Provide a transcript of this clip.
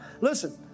Listen